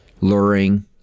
luring